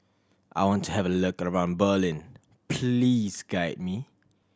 I want to have a look around Berlin please guide me